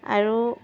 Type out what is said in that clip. আৰু